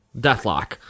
deathlock